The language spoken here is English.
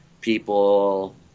people